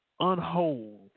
unwhole